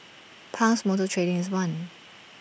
Pang's motor trading is one